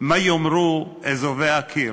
מה יאמרו אזובי הקיר?